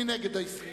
מי נגד ההסתייגות?